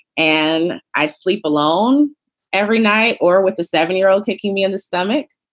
and i sleep alone every night or with the seven year old taking me in the stomach.